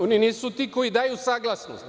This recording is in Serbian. Oni nisu ti koji daju saglasnost.